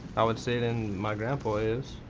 i would say, then my grandpa is.